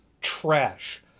Trash